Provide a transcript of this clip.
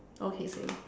okay same